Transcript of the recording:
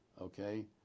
okay